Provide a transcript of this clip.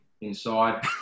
inside